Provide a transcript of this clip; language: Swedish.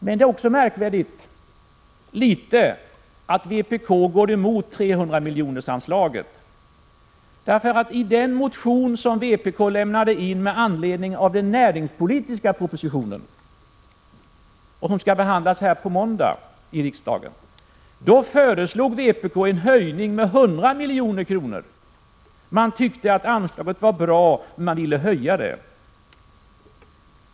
Men det är också litet märkligt att vpk går emot 300-miljonersanslaget. I den motion som vpk lämnade in med anledning av den näringspolitiska propositionen, som skall behandlas på måndag här i riksdagen, föreslog vpk en höjning med 100 milj.kr. Man tyckte att anslaget var bra, men man ville höja det.